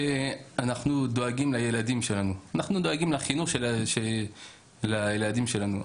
אנחנו דואגים לחינוך של הילדים שלנו.